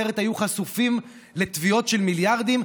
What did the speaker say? אחרת היו חשופים לתביעות של מיליארדים,